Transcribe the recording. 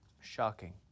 Shocking